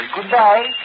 Goodbye